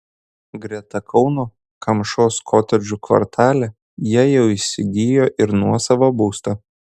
greta kauno kamšos kotedžų kvartale jie jau įsigijo ir nuosavą būstą